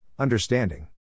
Understanding